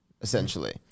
essentially